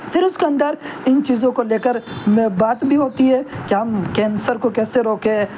پھر اس کے اندر ان چیزوں کو لے کر میں بات بھی ہوتی ہے کہ ہم کینسر کو کیسے روکیں